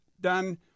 done